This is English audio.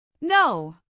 No